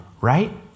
right